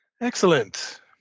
Excellent